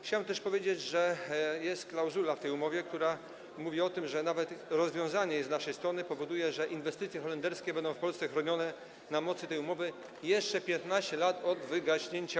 Chciałbym też powiedzieć, że jest klauzula w tej umowie, która mówi o tym, że nawet po rozwiązaniu jej z naszej strony inwestycje holenderskie będą w Polsce chronione na mocy tej umowy jeszcze 15 lat od jej wygaśnięcia.